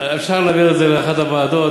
אפשר להעביר את זה לאחת הוועדות.